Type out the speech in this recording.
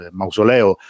mausoleo